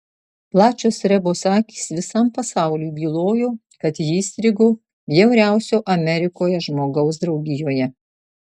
plačios rebos akys visam pasauliui bylojo kad ji įstrigo bjauriausio amerikoje žmogaus draugijoje